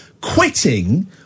quitting